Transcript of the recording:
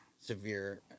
severe